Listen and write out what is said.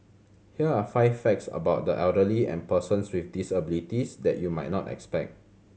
here are five facts about the elderly and persons with disabilities that you might not expect